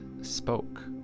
spoke